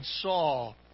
Saul